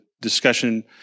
discussion